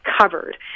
covered